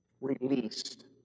released